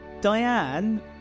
Diane